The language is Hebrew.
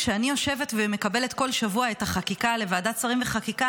כשאני יושבת ומקבלת כל שבוע את החקיקה לוועדת שרים לענייני חקיקה,